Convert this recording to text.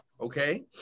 Okay